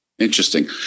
Interesting